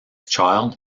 child